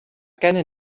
gennym